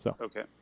Okay